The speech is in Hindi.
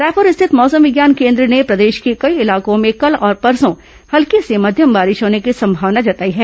रायपुर स्थित मौसम विज्ञान केन्द्र ने प्रदेश के कई इलाकों में कल और परसों हल्की से मध्यम बारिश होने की संभावना जताई है